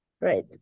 Right